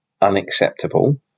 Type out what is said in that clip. unacceptable